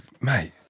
Mate